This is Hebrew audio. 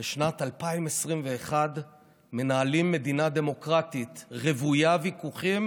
בשנת 2021 מנהלים מדינה דמוקרטית רוויית ויכוחים